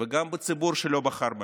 וגם בציבור שלא בחר בהם.